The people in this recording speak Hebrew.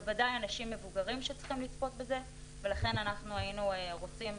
בוודאי אנשים מבוגרים שצריכים לצפות בזה ולכן היינו רוצים,